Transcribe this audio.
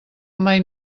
mai